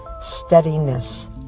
steadiness